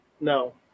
No